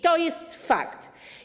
To jest fakt.